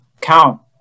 Count